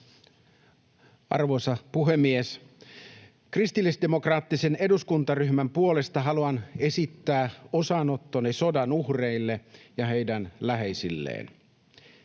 Arvoisa puhemies! Kristillisdemokraattisen eduskuntaryhmän puolesta haluan esittää osanottoni sodan uhreille ja heidän läheisilleen.